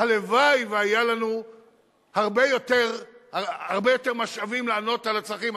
הלוואי שהיו לנו הרבה יותר משאבים לענות על הצרכים.